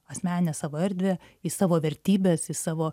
asmeninę savo erdvę į savo vertybes į savo